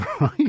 Right